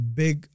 big